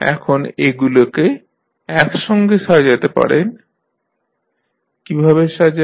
এখন এগুলোকে একসঙ্গে সাজাতে পারেন কীভাবে সাজাবেন